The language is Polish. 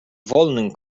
wolnym